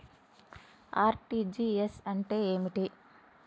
RTGS అంటే ఏమిటి?